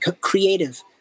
creative